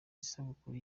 isabukuru